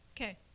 Okay